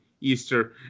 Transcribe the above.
Easter